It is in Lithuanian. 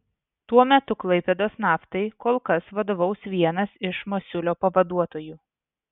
tuo metu klaipėdos naftai kol kas vadovaus vienas iš masiulio pavaduotojų